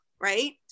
Right